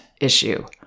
issue